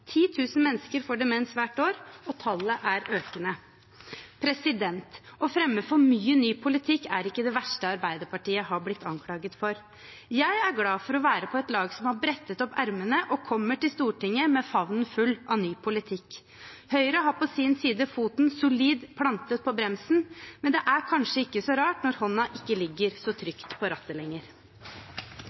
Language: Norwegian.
mennesker får demens hvert år, og tallet er økende. Å fremme for mye ny politikk er ikke det verste Arbeiderpartiet er blitt anklaget for. Jeg er glad for å være på et lag som har brettet opp ermene og kommer til Stortinget med favnen full av ny politikk. Høyre har på sin side foten solid plantet på bremsen. Men det er kanskje ikke så rart, når hånden ikke ligger så trygt på rattet lenger.